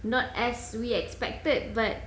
not as we expected but